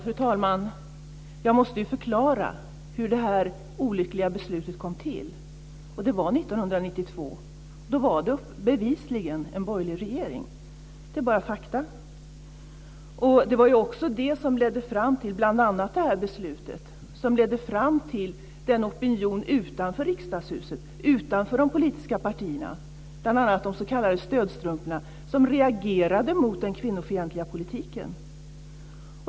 Fru talman! Jag måste ju förklara hur det här olyckliga beslutet kom till. Det var 1992, och då var det bevisligen en borgerlig regering. Det är bara fakta. Det var ju bl.a. det här beslutet som ledde fram till den opinion utanför riksdagshuset, utanför de politiska partierna, t.ex. de s.k. stödstrumporna, som reagerade mot den kvinnofientliga politiken.